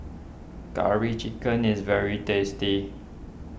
Curry Chicken is very tasty